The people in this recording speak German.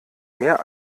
mehr